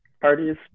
parties